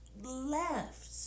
left